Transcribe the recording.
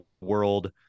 world